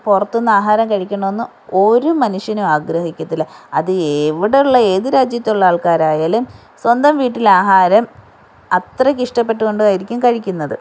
പുറത്തൂന്ന് ആഹാരം കഴിക്കണമെന്ന് ഒരു മനുഷ്യനും ആഗ്രഹിക്കത്തില്ല അത് എവിടുള്ള ഏത് രാജ്യത്തുള്ള ആൾക്കാരായാലും സ്വന്തം വീട്ടിലെ ആഹാരം അത്രക്ക് ഇഷ്ടപ്പെട്ടോണ്ടായിരിക്കും കഴിക്കുന്നത്